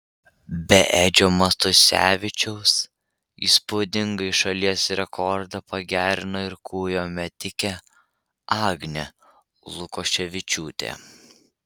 be edžio matusevičiaus įspūdingai šalies rekordą pagerino ir kūjo metikė agnė lukoševičiūtė